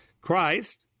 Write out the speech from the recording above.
Christ